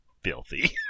filthy